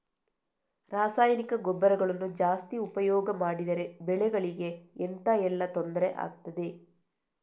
ರಾಸಾಯನಿಕ ಗೊಬ್ಬರಗಳನ್ನು ಜಾಸ್ತಿ ಉಪಯೋಗ ಮಾಡಿದರೆ ಬೆಳೆಗಳಿಗೆ ಎಂತ ಎಲ್ಲಾ ತೊಂದ್ರೆ ಆಗ್ತದೆ?